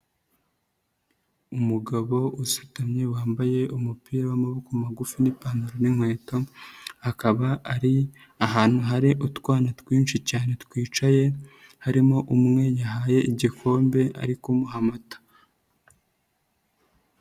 Umugabo usutamye wambaye umupira w'amaboko magufi n'ipantaro n'inkweto, akaba ari ahantu hari utwana twinshi cyane twicaye, harimo umwe yahaye igikombe ari kumuha amata.